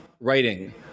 writing